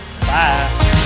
Bye